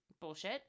bullshit